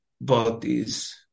bodies